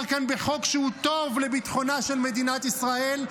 כאן בחוק שהוא טוב לביטחונה של מדינת ישראל,